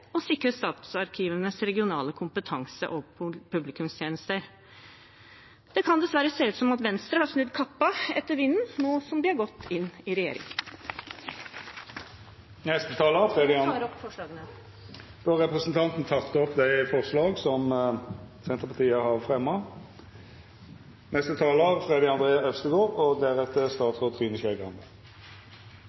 å sikre reell styrking av statsarkivene med statsarkivar som stedlig, geografisk leder og sikre statsarkivenes regionale kompetanse og publikumstjenester. Det kan dessverre se ut som om Venstre har snudd kappa etter vinden nå som de har gått inn i regjering. Jeg tar opp forslagene fra Senterpartiet. Representanten Åslaug Sem-Jacobsen har teke opp